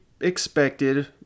expected